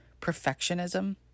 perfectionism